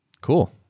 cool